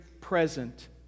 present